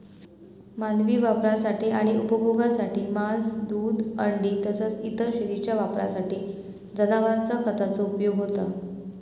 मानवी वापरासाठी आणि उपभोगासाठी मांस, दूध, अंडी तसाच इतर शेतीच्या वापरासाठी जनावरांचा खताचो उपयोग होता